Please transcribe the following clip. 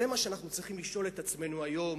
זה מה שאנחנו צריכים לשאול את עצמנו היום,